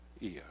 ear